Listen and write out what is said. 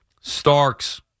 Starks